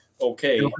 okay